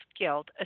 guilt